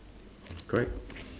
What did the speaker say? correct